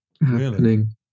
happening